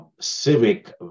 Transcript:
Civic